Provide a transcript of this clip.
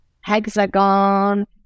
Hexagon